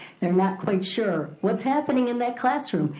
they're not quite sure what's happening in that classroom.